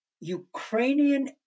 Ukrainian